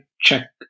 check